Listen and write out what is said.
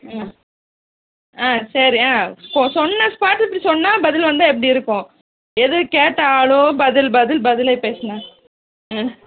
ம் ஆ சரி ஆ கோ சொன்ன ஸ்பாட்டு இப்படி சொன்னா பதில் வந்தா எப்படி இருக்கும் எது கேட்டாலோ பதில் பதில் பதிலை பேசுங்கள் ம்